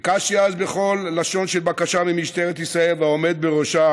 ביקשתי אז בכל לשון של בקשה ממשטרת ישראל והעומד בראשה